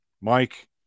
Mike